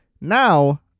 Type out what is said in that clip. Now